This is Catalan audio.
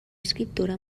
escriptora